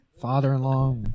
father-in-law